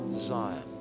Zion